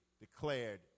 declared